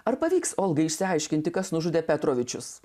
ar pavyks olgai išsiaiškinti kas nužudė petrovičius